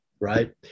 right